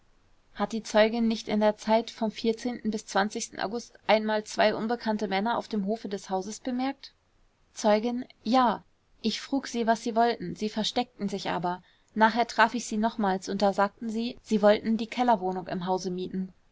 hat die zeugin nicht in der zeit vom bis august einmal zwei unbekannte männer auf dem hofe des hauses bemerkt zeugin ja ich frug sie was sie wollten sie versteckten sich aber nachher traf ich sie nochmals und da sagten sie sie wollten die kellerwohnung im hause mieten